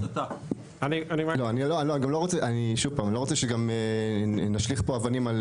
אני גם לא רוצה שוב פעם, שנשליך פה אבנים.